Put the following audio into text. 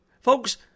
Folks